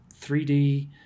3D